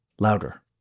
louder